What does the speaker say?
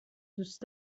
دوست